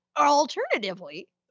alternatively